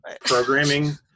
programming